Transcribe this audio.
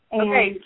Okay